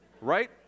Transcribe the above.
Right